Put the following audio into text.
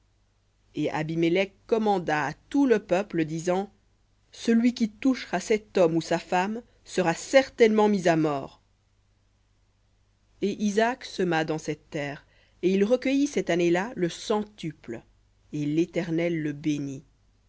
et abimélec commanda à tout le peuple disant celui qui touchera cet homme ou sa femme sera certainement mis à mort et isaac sema dans cette terre et il recueillit cette année-là le centuple et l'éternel le bénit